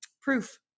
proof